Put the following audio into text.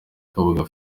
kabuga